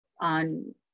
on